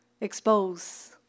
expose